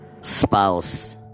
spouse